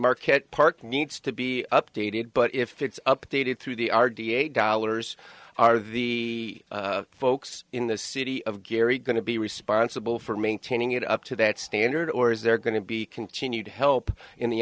marquette park needs to be updated but if it's updated through the r d a dollars are the folks in the city of gary going to be responsible for maintaining it up to that standard or is there going to be continued help in the